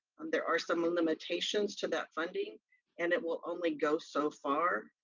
there are some limitations to that funding and it will only go so far.